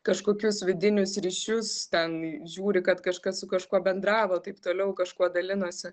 kažkokius vidinius ryšius ten žiūri kad kažkas su kažkuo bendravo taip toliau kažkuo dalinosi